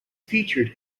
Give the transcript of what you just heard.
featured